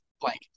blank